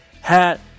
hat